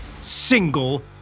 single